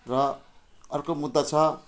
र अर्को मुद्दा छ